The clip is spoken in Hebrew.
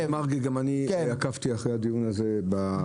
כמו חבר הכנסת מרגי גם אני עקבתי אחרי הדיון הזה בדרך.